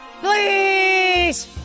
Please